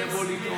אני אבוא לטעון.